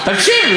תקשיב,